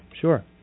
Sure